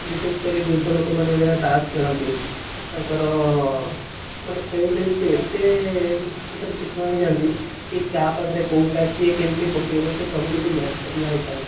ବିଶେଷକରି ବୃଦ୍ଧ ଲୋକମାନେ ଯେତେବେଳେ ତାସ୍ ଖେଳନ୍ତି ତାଙ୍କର ମାନେ ଖେଳିଖେଳି ସେ ଏତେ ସେଥିରେ ତୀକ୍ଷଣ ହେଇଯାଆନ୍ତି କି କାହା ପାଖରେ କେଉଁଟା କିଏ କେମିତି ପକାଇବ ସେସବୁ କିଛି ଜାଣି ଜାଣିଥାନ୍ତି